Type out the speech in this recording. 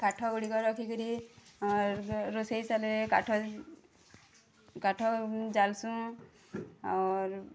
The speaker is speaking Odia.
କାଠଗୁଡ଼ିକ ରଖି କିରି ହଁ ରୋଷେଇ ଶାଲରେ କାଠ କାଠ ଜାଲ୍ସୁଁ ଅର୍